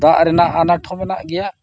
ᱫᱟᱜ ᱨᱮᱱᱟᱜ ᱟᱱᱟᱴ ᱦᱚᱸ ᱢᱮᱱᱟᱜ ᱜᱮᱭᱟ